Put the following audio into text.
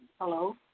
Hello